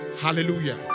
hallelujah